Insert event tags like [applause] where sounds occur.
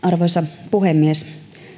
[unintelligible] arvoisa puhemies